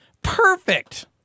Perfect